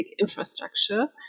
infrastructure